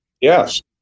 Yes